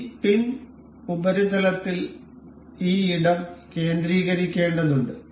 ഈ പിൻ ഉപരിതലത്തിൽ ഈ ഇടം കേന്ദ്രീകരിക്കേണ്ടതുണ്ട്